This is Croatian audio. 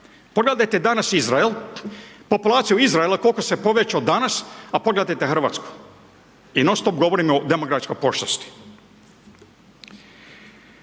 Pogledajte danas Izrael, populacija Izraela koliko se povećao danas, a pogledajte RH i non sto govorimo o demografskoj pošasti.